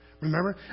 Remember